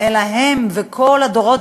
אלא הם וכל הדורות,